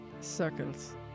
circles